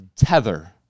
tether